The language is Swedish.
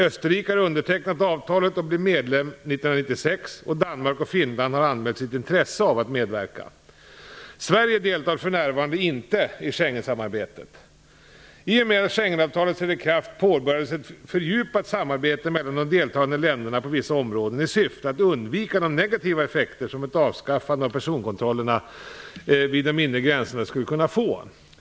Österrike har undertecknat avtalet och blir medlem 1996, och Danmark och Finland har anmält sitt intresse av att medverka. Sverige deltar för närvarande inte i Schengensamarbetet. I och med att Schengenavtalet trädde i kraft påbörjades ett fördjupat samarbete mellan de deltagande länderna på vissa områden i syfte att undvika de negativa effekter som ett avskaffande av personkontrollerna vid de inre gränserna skulle kunna få.